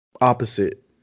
Opposite